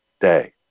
day